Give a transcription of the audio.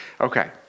Okay